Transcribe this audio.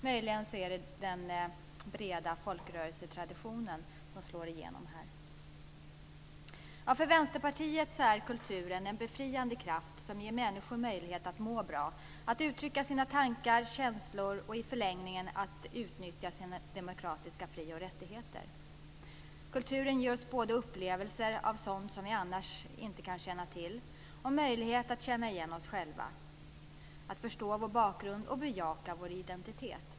Möjligen slår den breda folkrörelsetraditionen igenom här. För Vänsterpartiet är kulturen en befriande kraft som ger människor möjligheter att må bra, att uttrycka sina tankar och känslor och i förlängningen att utnyttja sina demokratiska fri och rättigheter. Kulturen ger oss upplevelser av sådant som vi annars inte kan känna till och möjlighet att känna igen oss själva, att förstå vår bakgrund och bejaka vår identitet.